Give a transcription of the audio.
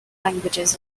languages